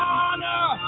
honor